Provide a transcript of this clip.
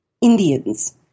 Indians